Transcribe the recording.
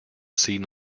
seen